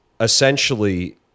essentially